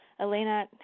Elena